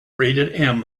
rated